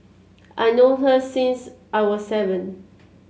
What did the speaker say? I known her since I was seven